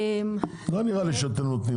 לא נראה לי שאתם נותנים.